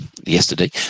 yesterday